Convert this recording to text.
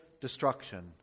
destruction